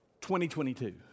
2022